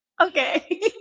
Okay